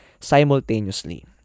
simultaneously